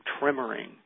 tremoring